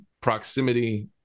proximity